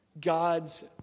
God's